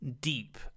deep